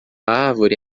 árvore